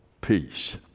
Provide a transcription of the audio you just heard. peace